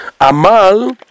Amal